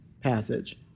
passage